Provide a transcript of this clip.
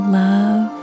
love